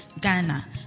Ghana